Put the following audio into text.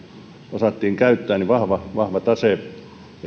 osattiin käyttää vahva vahva tase